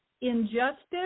injustice